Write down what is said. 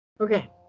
Okay